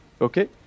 Okay